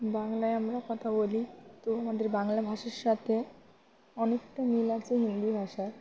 বাংলায় আমরা কথা বলি তো আমাদের বাংলা ভাষার সাথে অনেকটা মিল আছে হিন্দি ভাষার